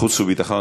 חוץ וביטחון.